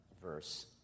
verse